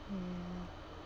mm